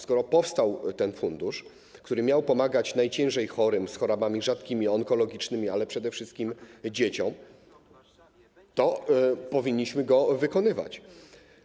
Skoro powstał ten fundusz, który miał pomagać najciężej chorym, z chorobami rzadkimi, onkologicznymi, ale przede wszystkim dzieciom, to powinniśmy go wykorzystywać.